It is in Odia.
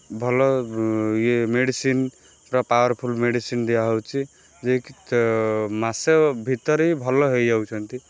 ଭଲ ଇଏ ମେଡ଼ିସିନ୍ ପୁରା ପୱାରଫୁଲ୍ ମେଡ଼ିସିନ୍ ଦିଆହଉଛି ଯିଏକି ମାସେ ଭିତରେ ହିଁ ଭଲ ହେଇଯାଉଛନ୍ତି